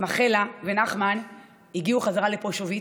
מכלה ונחמן הגיעו בחזרה לפושוביץ,